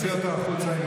אתה רוצה את הרמקול?